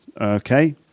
Okay